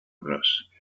bros